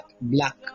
black